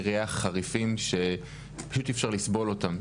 ריח חריפים שפשוט אי אפשר לסבול אותם,